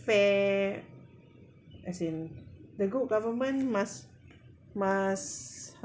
fair as in the good government must must